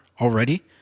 already